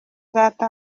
zatanzwe